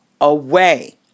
away